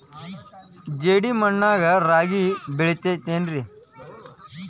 ಜೇಡಿ ಮಣ್ಣಾಗ ರಾಗಿ ಬೆಳಿತೈತೇನ್ರಿ?